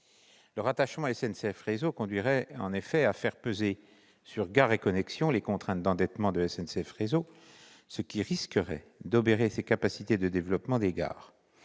Le rattachement à SNCF Réseau conduirait en effet à faire peser sur Gares & Connexions les contraintes d'endettement de SNCF Réseau, ce qui risquerait d'obérer ses capacités de développement des gares.